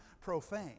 profane